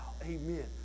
amen